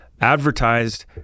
advertised